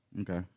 Okay